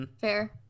Fair